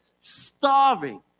starving